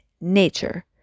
nature